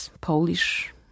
Polish